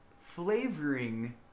flavoring